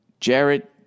Jared